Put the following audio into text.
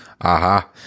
aha